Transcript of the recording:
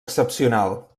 excepcional